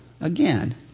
again